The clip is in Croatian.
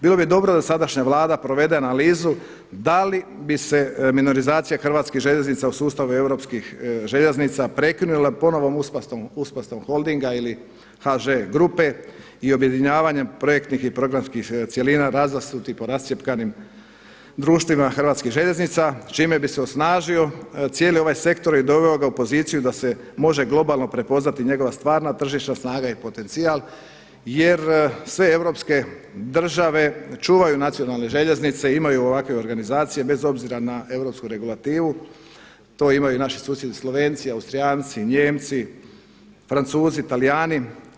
Bilo bi dobro da sadašnja Vlada provede analizu da li bi se minorizacija HŽ-a u sustavu europskih željeznica prekinula ponovnom uspostavom Holdinga ili HŽ grupe i objedinjavanjem projektnih i programskih cjelina razasutih po rascjepkanim društvima HŽ-a s čime bi se osnažio cijeli ovaj sektor i doveo ga u poziciju da se može globalno prepoznati njegova stvarna tržišna snaga i potencijal jer sve europske države čuvaju nacionalne željeznice, imaju ovakve organizacije bez obzira na europsku regulativu, to imaju i naši susjedi Slovenci i Austrijanci, Nijemci, Francuzi, Talijani.